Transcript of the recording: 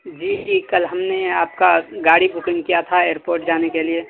جی جی کل ہم نے آپ کا گاڑی بکنگ کیا تھا ائیرپورٹ جانے کے لیے